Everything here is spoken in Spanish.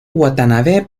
watanabe